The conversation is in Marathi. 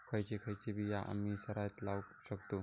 खयची खयची बिया आम्ही सरायत लावक शकतु?